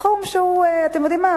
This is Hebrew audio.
סכום שהוא, אתם יודעים מה?